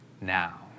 now